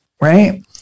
right